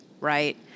Right